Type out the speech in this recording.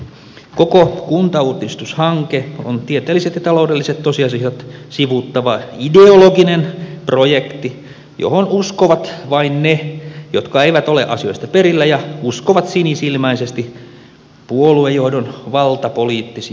koko kuntauudistushanke on tieteelliset ja taloudelliset tosiasiat sivuuttava ideologinen projekti johon uskovat vain ne jotka eivät ole asioista perillä ja uskovat sinisilmäisesti puoluejohdon valtapoliittisiin puheisiin